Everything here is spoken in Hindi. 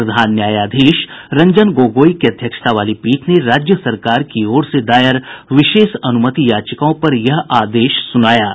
प्रधान न्यायाधीश रंजन गोगोई की अध्यक्षता वाली पीठ ने राज्य सरकार ओर से दायर विशेष अनुमति याचिकाओं पर यह आदेश सुनाया है